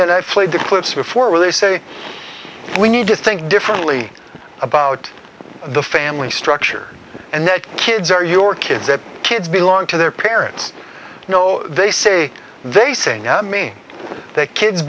i played the clips before where they say we need to think differently about the family structure and that kids are your kids that kids belong to their parents you know they say they sing i mean they ki